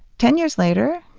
ten years later,